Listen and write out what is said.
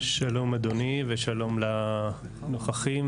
שלום אדוני ושלום לנוכחים,